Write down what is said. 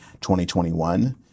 2021